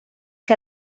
que